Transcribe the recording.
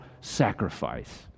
sacrifice